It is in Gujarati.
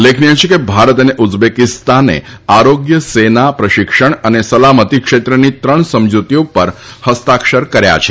ઉલ્લેખનિય છે કે ભારત અને ઉઝબેકિસ્તાને આરોગ્ય સેના પ્રશિક્ષણ અને સલામતી ક્ષેત્રની ત્રણ સમજૂતીઓ પર ફસ્તાક્ષર કર્યા છે